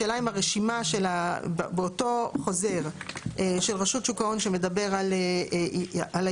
השאלה אם הרשימה באותו חוזר של רשות שוק ההון שמדבר על ההתחדשות,